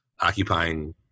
occupying